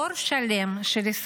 שלוש